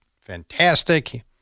fantastic